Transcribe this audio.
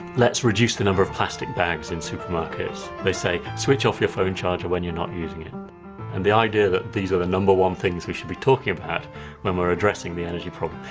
let's reduce the number of plastic bags in supermarkets. they say, switch off your phone charger when you're not using it. and the idea that these are the number one things we should be talking about when we're addressing the energy problem,